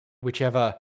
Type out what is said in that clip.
whichever